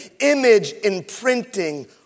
image-imprinting